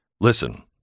listen